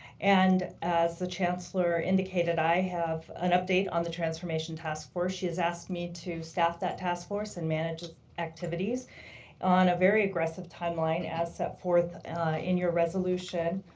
and as the chancellor indicated, indicated, i have an update on the transformation task force. she has asked me to staff that task force and manage activities on a very aggressive timeline as set forth in your resolution